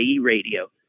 radio